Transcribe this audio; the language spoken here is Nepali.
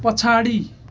पछाडि